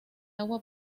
agua